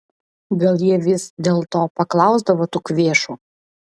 gal jie vis dėlto paklausdavo tų kvėšų